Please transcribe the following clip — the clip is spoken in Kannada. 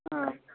ಹಾಂ